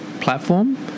platform